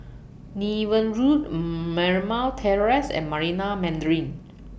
Niven Road Marymount Terrace and Marina Mandarin